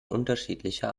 unterschiedlicher